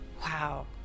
Wow